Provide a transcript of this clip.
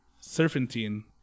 serpentine